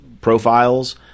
profiles